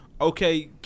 okay